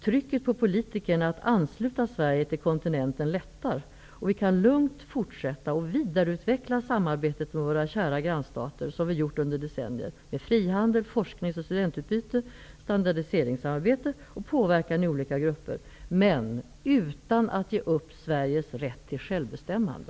Trycket på politikerna att ansluta Sverige till kontinenten lättar och vi kan lugnt fortsätta att vidareutveckla samarbetet med våra kära grannstater, som vi gjort i decennier, med frihandels-, forskningsoch studentutbyte, standardiseringsarbete och påverkan i olika grupper. Vi kan göra det utan att ge upp Sveriges rätt till självbestämmande.